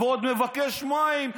ועוד מבקש מים,